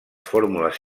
fórmules